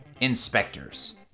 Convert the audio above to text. Inspectors